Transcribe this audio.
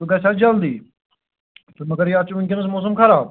سُہ گژھہِ آز جَلدی تہٕ مگر یَتھ چھُ وُنکٮ۪ن موسَم خراب